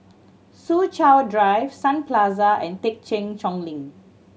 Soo Chow Drive Sun Plaza and Thekchen Choling